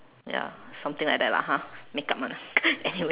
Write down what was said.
ya something like that lah ha make up [one] lah anyway